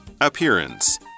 Appearance